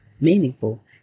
meaningful